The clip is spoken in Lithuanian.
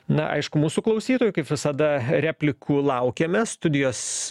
na aišku mūsų klausytojų kaip visada replikų laukiame studijos